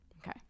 Okay